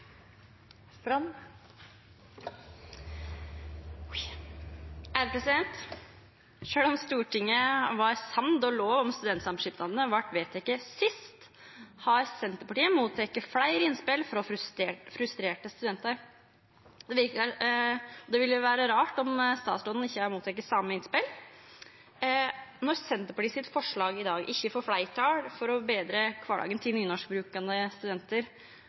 om Stortinget var samd då lov om studentsamskipnader vart vedteken sist, har Senterpartiet fått fleire innspel frå frustrerte studentar. Det ville vera rart om statsråden ikkje har fått same innspel. Når forslaget frå Senterpartiet i dag ikkje får fleirtal for å betra kvardagen til nynorskbrukande studentar,